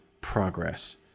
progress